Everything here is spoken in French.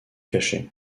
caché